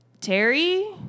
Terry